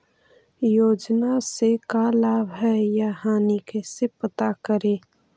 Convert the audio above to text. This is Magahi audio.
योजना से का लाभ है या हानि कैसे पता करी?